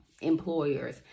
employers